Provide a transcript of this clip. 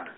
correct